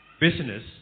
business